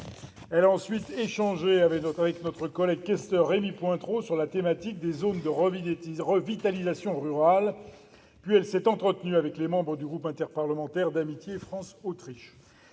Elle a ensuite échangé avec notre collègue questeur Rémy Pointereau sur la thématique des zones de revitalisation rurale, puis elle s'est entretenue avec les membres du groupe interparlementaire d'amitié France-Autriche.